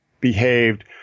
behaved